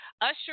Usher